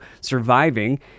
surviving